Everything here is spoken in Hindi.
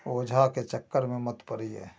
ओझा के चक्कर में मत पड़िए